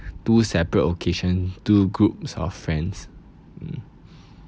two separate occasion two groups of friends mm